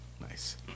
Nice